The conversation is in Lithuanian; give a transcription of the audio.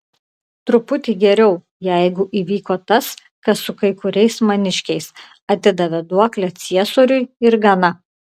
truputį geriau jeigu įvyko tas kas su kai kuriais maniškiais atidavė duoklę ciesoriui ir gana